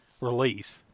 release